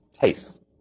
taste